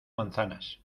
manzanas